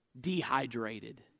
dehydrated